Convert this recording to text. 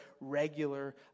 regular